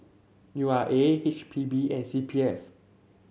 U R A H P B and C P F